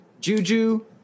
Juju